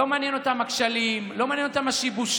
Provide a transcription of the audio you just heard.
לא מעניין אותם הכשלים, לא מעניין אותם השיבושים.